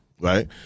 Right